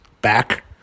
back